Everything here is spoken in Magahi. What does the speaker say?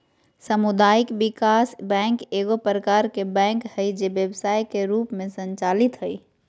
सामुदायिक विकास बैंक एगो प्रकार के बैंक हइ जे व्यवसाय के रूप में संचालित हइ